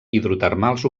hidrotermals